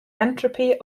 entropy